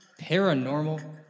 Paranormal